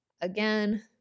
Again